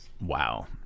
Wow